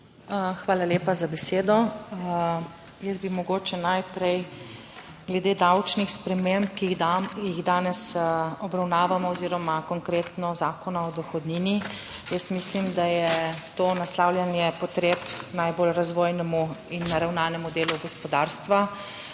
Hvala lepa za besedo. Jaz bi mogoče najprej glede davčnih sprememb, ki jih danes obravnavamo oziroma konkretno Zakona o dohodnini. Jaz mislim, da je to naslavljanje potreb najbolj razvojnemu in naravnanemu delu gospodarstva.